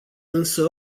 însă